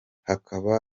hakaba